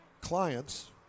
clients